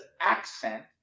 accent